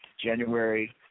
January